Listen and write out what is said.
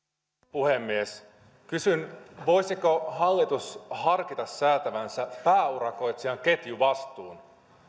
puhemies kysyn voisiko hallitus harkita säätävänsä pääurakoitsijan ketjuvastuun